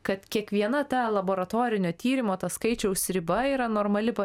kad kiekviena ta laboratorinio tyrimo ta skaičiaus riba yra normali